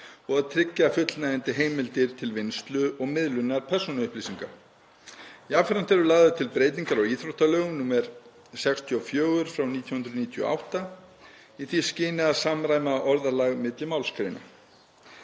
og að tryggja fullnægjandi heimildir til vinnslu og miðlunar persónuupplýsinga. Jafnframt eru lagðar til breytingar á íþróttalögum, nr. 64/1998, í því skyni að samræma orðalag milli málsgreina.